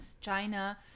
China